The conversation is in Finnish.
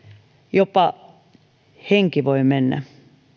jopa henki voi mennä